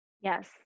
Yes